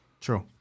True